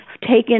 taken